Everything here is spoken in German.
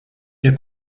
der